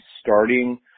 starting